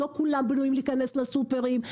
לא כולם בנויים להיכנס לסופרים,